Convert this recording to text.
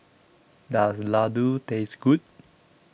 Does Ladoo Taste Good